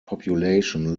population